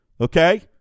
okay